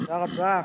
תודה רבה.